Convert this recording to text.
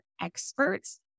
experts